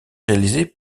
réalisé